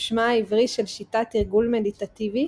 הוא שמה העברי של שיטת תרגול מדיטטיבי